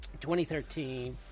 2013